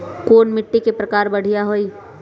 कोन मिट्टी के प्रकार बढ़िया हई?